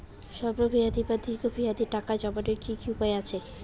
স্বল্প মেয়াদি বা দীর্ঘ মেয়াদি টাকা জমানোর কি কি উপায় আছে?